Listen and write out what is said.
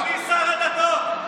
אדוני שר הדתות,